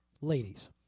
ladies